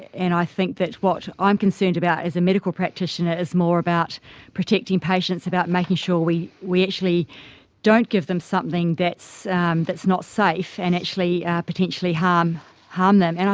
and i think that what i'm concerned about as a medical practitioner is more about protecting patients, about making sure we we actually don't give them something that's um that's not safe and actually potentially harm harm them. and